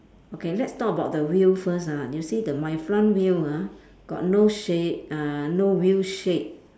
okay let's talk about the wheel first ah you see the my front wheel ah got no shape uh no wheel shape